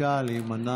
(חותם על ההצהרה) בבקשה להימנע.